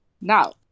Now